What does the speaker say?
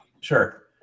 Sure